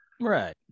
Right